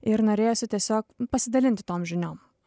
ir norėjosi tiesiog pasidalinti tom žiniom